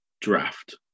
draft